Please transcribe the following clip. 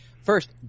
First